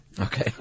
okay